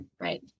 right